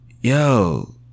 Yo